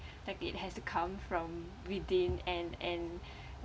like it has to come from within and and